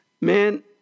Man